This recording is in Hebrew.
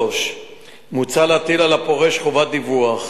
3. מוצע להטיל על הפורש חובת דיווח